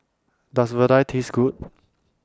Does Vadai Taste Good